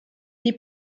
die